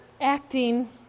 acting